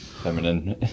Feminine